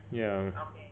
yeah